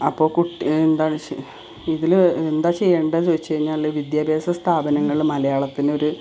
അപ്പോള് കുട്ടി ഇതില് എന്താണു ചെയ്യേണ്ടതെന്നു ചോദിച്ചുകഴിഞ്ഞാല് വിദ്യാഭ്യാസ സ്ഥാപനങ്ങള് മലയാളത്തിനൊരു